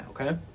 Okay